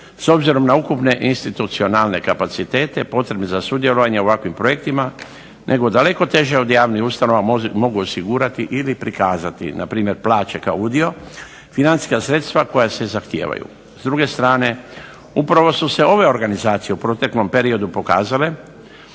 s obzirom na ukupne institucionalne kapacitete potrebne za sudjelovanje u ovakvim projektima nego daleko teže od javnih ustanova mogu osigurati ili prikazati na primjer plaće kao udio, financijska sredstva koja se zahtijevaju. S druge strane, upravo su se ove organizacije u proteklom periodu pokazale